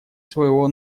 своего